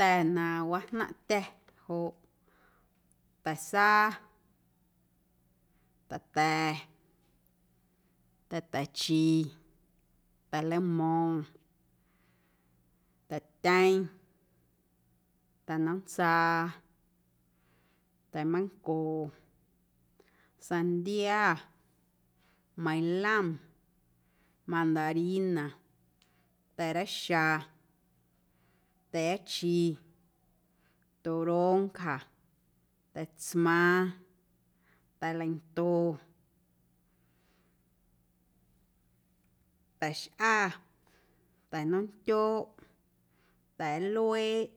Ta̱ na wajnaⁿꞌtya̱ joꞌ ta̱sa, ta̱ta̱, ta̱ta̱ chi, ta̱lamo̱ⁿ, ta̱tyeⁿ, ta̱nomtsaa, ta̱manco, sandia, meilom, mandarina, ta̱reixa, ta̱a̱chi, toronja, ta̱tsmaaⁿ, ta̱leinto, ta̱xꞌa, ta̱nomntyooꞌ, ta̱a̱lueeꞌ,